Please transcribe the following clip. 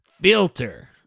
filter